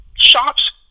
shops